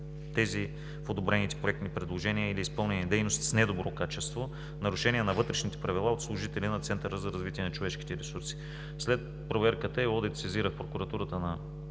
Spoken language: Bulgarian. тези в одобрените проектни предложения или изпълнени дейности с недобро качество; нарушения на вътрешните правила от служители на Центъра за развитие на човешките ресурси. След проверката и одита сезирах Прокуратурата на